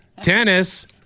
tennis –